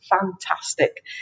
fantastic